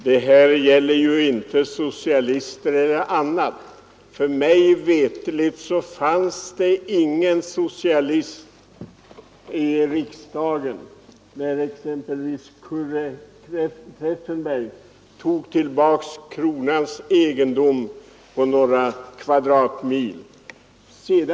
Herr talman! Detta gäller ju inte socialister eller icke-socialister, för mig veterligt fanns det inte några socialister i riksdagen när exempelvis Curry Treffenberg tog tillbaka kronoegendom på några kvadratmil.